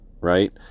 Right